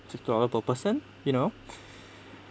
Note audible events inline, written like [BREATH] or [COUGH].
six dollar per person you know [BREATH]